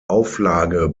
auflage